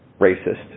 racist